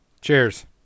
Cheers